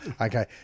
okay